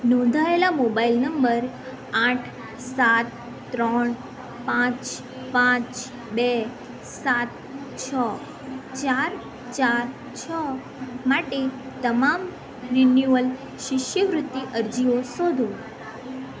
નોંધાયેલા mobile number આઠ સાત ત્રણ પાંચ પાંચ બે સાત છ ચાર ચાર છ માટે તમામ રિન્યુઅલ શિષ્યવૃત્તિ અરજીઓ શોધો